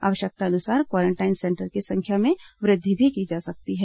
आवश्यकतानुसार quarantine centre की संख्या में वृद्धि भी की जा सकती है